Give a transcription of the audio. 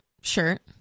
shirt